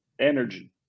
energy